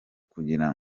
kugira